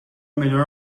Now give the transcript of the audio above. melhor